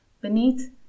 beneath